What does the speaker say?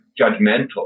judgmental